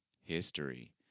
history